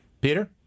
Peter